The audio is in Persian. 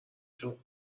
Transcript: جون